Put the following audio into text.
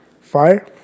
Fire